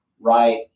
right